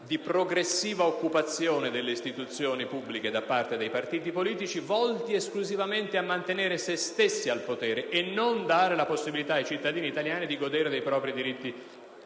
di progressiva occupazione delle istituzioni pubbliche da parte dei partiti politici volti esclusivamente a mantenere se stessi al potere e a non dare la possibilità ai cittadini italiani di godere dei propri diritti,